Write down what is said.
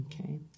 Okay